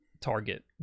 Target